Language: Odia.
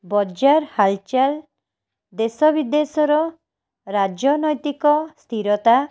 ବଜାର ହାଲଚାଲ୍ ଦେଶବିଦେଶର ରାଜନୈତିକ ସ୍ଥିରତା